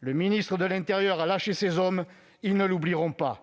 Le ministre de l'intérieur a lâché ses hommes ; ils ne l'oublieront pas !